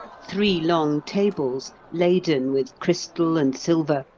three long tables, laden with crystal and silver,